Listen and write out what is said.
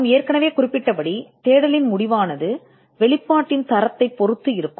நாங்கள் ஏற்கனவே குறிப்பிட்டுள்ளபடி தேடல் முடிவு வெளிப்பாட்டின் தரத்தைப் பொறுத்தது